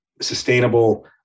sustainable